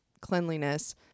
cleanliness